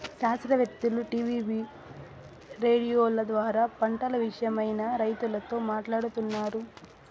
శాస్త్రవేత్తలు టీవీ రేడియోల ద్వారా పంటల విషయమై రైతులతో మాట్లాడుతారు